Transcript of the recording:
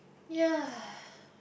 ya